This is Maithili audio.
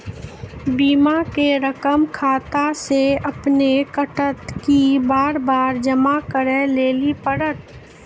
बीमा के रकम खाता से अपने कटत कि बार बार जमा करे लेली पड़त?